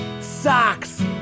Socks